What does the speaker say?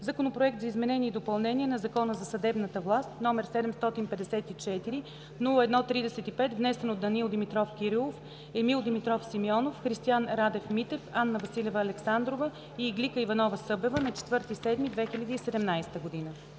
Законопроект за изменение и допълнение на Закона за съдебната власт, № 754-01-35, внесен от Данаил Димитров Кирилов, Емил Димитров Симеонов, Христиан Радев Митев, Анна Василева Александрова и Иглика Иванова-Събева на 4 юли 2017 г.“